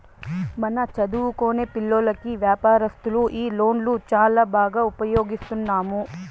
మన చదువుకొనే పిల్లోల్లకి వ్యాపారస్తులు ఈ లోన్లు చాలా బాగా ఉపయోగిస్తున్నాము